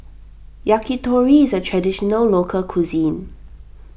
Yakitori is a Traditional Local Cuisine